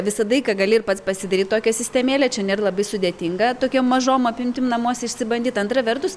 visadaiką gali ir pats pasidaryt tokią sistemėlę čia nėr labai sudėtinga tokiom mažom apimtim namuose išsibandyt antra vertus